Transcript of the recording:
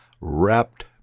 wrapped